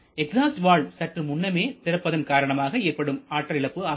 exhaust valve சற்று முன்னமே திறப்பதன் காரணமாக ஏற்படும் ஆற்றல் இழப்பு ஆகும்